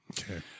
Okay